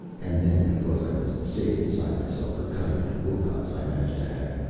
and then, because i was sick inside myself for cutting under wilcox, i managed to add,